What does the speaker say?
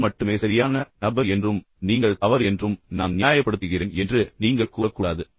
நான் மட்டுமே சரியான நபர் என்றும் நீங்கள் தவறு என்றும் நான் நியாயப்படுத்துகிறேன் என்று நீங்கள் கூறக்கூடாது